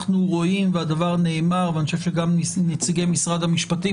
אנחנו רואים והדבר נאמר ואני חושב שגם נציגי משרד המשפטים